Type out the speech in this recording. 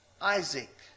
Isaac